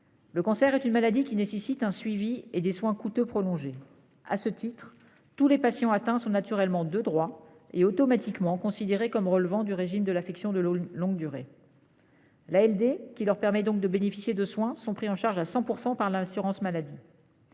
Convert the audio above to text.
Le cancer est une maladie qui nécessite un suivi et des soins coûteux prolongés. À ce titre, tous les patients atteints sont naturellement, de droit et automatiquement, considérés comme relevant du régime de l'affection de longue durée (ALD), qui leur permet de bénéficier de soins pris en charge à 100 % par l'assurance maladie.